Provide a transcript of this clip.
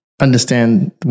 understand